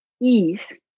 ease